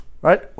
Right